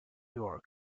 york